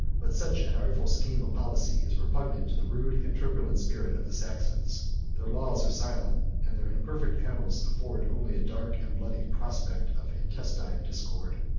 but such an artificial scheme of policy is repugnant to the rude and turbulent spirit of the saxons their laws are silent and their imperfect annals afford only a dark and bloody prospect of intestine discord.